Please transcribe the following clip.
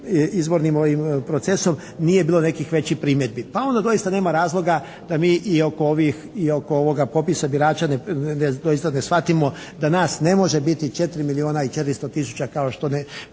izvornim procesom nije bilo nekih većih primjedbi. Pa onda doista nema razloga da mi i oko ovih, i oko ovoga popisa birača doista ne shvatimo da nas ne može biti 4 milijuna i 400 tisuća kao što